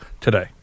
today